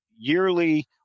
yearly